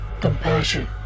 compassion